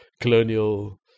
colonial